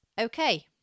okay